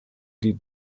die